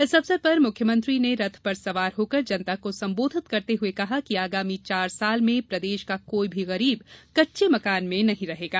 इस अवसर पर मुख्यमंत्री ने रथ पर सवार होकर जनता को संबोधित करते हुए कहा कि आगामी चार साल में प्रदेश का कोई भी गरीब कच्चे मकान में नही रहेगा